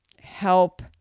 help